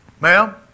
Ma'am